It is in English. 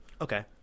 Okay